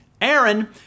Aaron